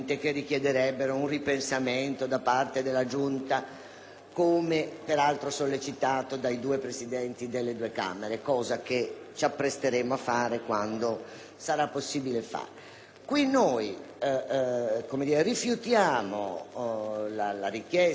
(come peraltro sollecitato dai due Presidenti delle Camere), ripensamento che ci accingeremo a fare quando sarà possibile. Noi qui rigettiamo la richiesta della magistratura e diciamo che sono insindacabili